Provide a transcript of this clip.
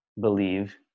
believe